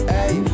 Hey